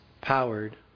powered